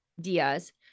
Diaz